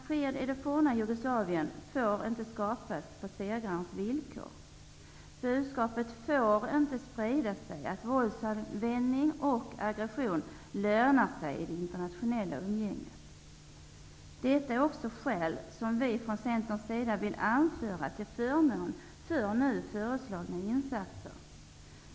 Fred i det forna Jugoslavien får inte skapas på segrarens villkor. Budskapet att våldsanvändning och aggression lönar sig i det internationella umgänget får inte sprida sig. Det är också skäl som vi från Centerns sida vill anföra till förmån för nu föreslagna insatser.